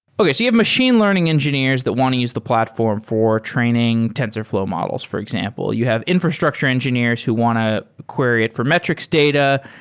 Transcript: okay. you have machine learning engineers that want to use the platform for training tensorflow models, for example. you have infrastructure engineers who want to query it for metrics data.